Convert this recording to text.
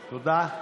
תודה.